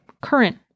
current